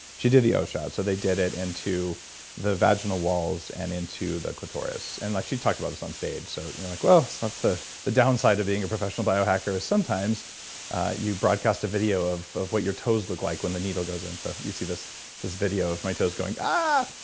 she did the o shot. so they did it into the vaginal walls and into the clitoris. and like she talked about this on stage, so you know like that's the the downside of being a professional bio hacker is sometimes you broadcast a video of of what your toes look like when the needle goes in. so you see this this video of my toes going, ahh!